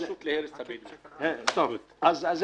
לכן נהיה חייבים לסיים לפני 12:00. אני